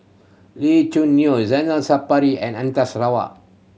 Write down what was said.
Lee Choo Neo Zainal Sapari and Anita Sarawak